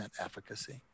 efficacy